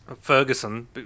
Ferguson